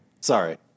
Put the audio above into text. Sorry